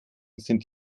sind